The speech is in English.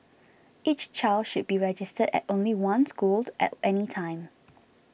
each child should be registered at only one school at any time